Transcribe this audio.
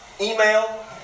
email